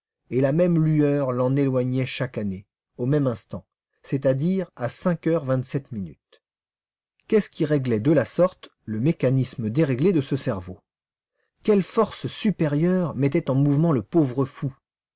et la même lueur l'en éloignait chaque année au même instant c'est-à-dire à cinq heures vingt-sept minutes qu'est-ce qui réglait de la sorte le mécanisme déréglé de ce cerveau quelle force supérieure mettait en mouvement le pauvre fou